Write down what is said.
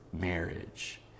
marriage